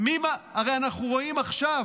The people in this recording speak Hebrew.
הרי אנחנו רואים עכשיו,